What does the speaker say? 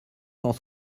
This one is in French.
cent